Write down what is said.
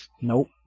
nope